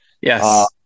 Yes